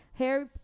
Harry